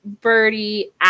Birdie